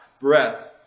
breath